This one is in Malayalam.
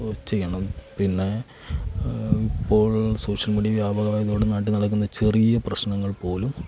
ചെയ്യണം പിന്നെ ഇപ്പോൾ സോഷ്യൽ മീഡിയ വ്യാപകമായതുകൊണ്ട് നാട്ടിൽ നടക്കുന്ന ചെറിയ പ്രശ്നങ്ങൾ പോലും